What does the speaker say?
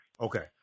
Okay